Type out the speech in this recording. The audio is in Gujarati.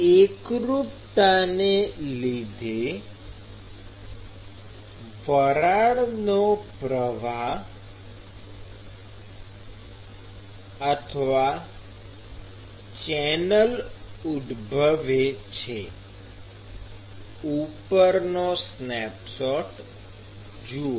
એકરૂપતાને લીધે વરાળનો પ્રવાહ ચેનલ ઉદભવે છે ઉપરનો સ્નેપશોટ જુઓ